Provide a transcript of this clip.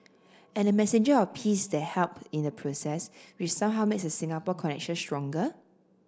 and the messenger of peace that help in the process which somehow makes the Singapore connection stronger